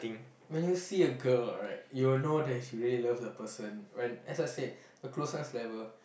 when you see a girl alright you will know that if you really love the person when let's just say the closest level